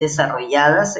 desarrolladas